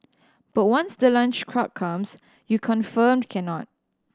but once the lunch crowd comes you confirmed cannot